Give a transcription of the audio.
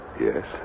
Yes